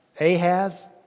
Ahaz